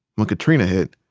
when katrina hit,